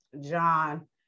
John